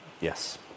yes